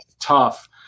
tough